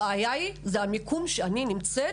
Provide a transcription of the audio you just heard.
הבעיה היא המיקום שבו אני נמצאת,